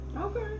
Okay